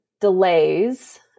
delays